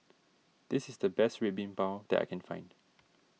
this is the best Red Bean Bao that I can find